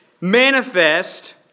manifest